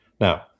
Now